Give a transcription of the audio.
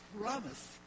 promise